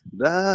da